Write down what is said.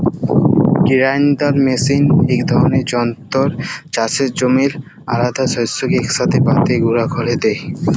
grinder mixer ইক ধরলের যল্তর চাষের জমির আলহেদা শস্যকে ইকসাথে বাঁটে গুঁড়া ক্যরে দেই